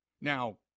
Now